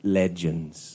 legends